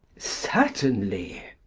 certainly.